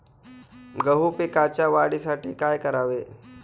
गहू पिकाच्या वाढीसाठी काय करावे?